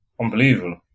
Unbelievable